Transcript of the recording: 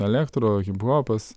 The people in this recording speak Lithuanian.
elektro hiphopas